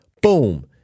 boom